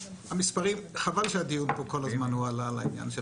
חבל שהדיון פה הוא כל הזמן על ההכנסות.